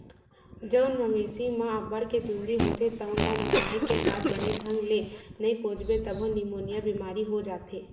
जउन मवेशी म अब्बड़ के चूंदी होथे तउन ल नहुवाए के बाद बने ढंग ले नइ पोछबे तभो निमोनिया बेमारी हो जाथे